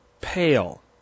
pale